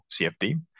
cfd